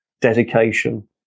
dedication